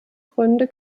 gründe